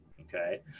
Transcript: okay